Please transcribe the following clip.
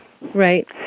Right